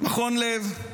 מכון לב,